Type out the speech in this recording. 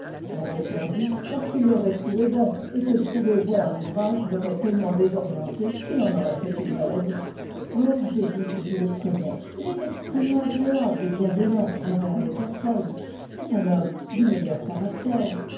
on répondit parce qu'il l'aurait trouvé bon et que trouver bon un ouvrage l'aurait tellement désorienté qu'il en aurait fait une maladie or j'ai dit que je le connais il est extrêmement agréable et bienveillant envers les personnes c'est un homme du meilleur caractère